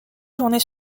journées